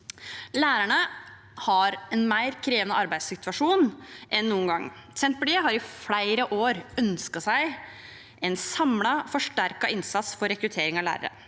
vil ta for å snu trenden arbeidssituasjon enn noen gang. Senterpartiet har i flere år ønsket seg en samlet, forsterket innsats for rekruttering av lærere.